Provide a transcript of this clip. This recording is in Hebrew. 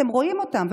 אתם רואים אותם.